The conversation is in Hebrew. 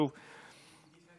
ושיווק) (תיקון מס' 18 והוראת שעה),